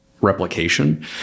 replication